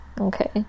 Okay